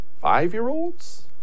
five-year-olds